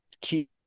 keep